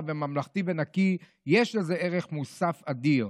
וממלכתי ונקי יש לזה ערך מוסף אדיר.